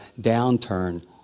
downturn